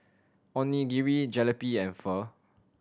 Onigiri Jalebi and Pho